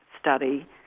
study